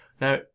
now